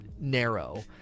narrow